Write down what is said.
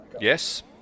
Yes